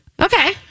Okay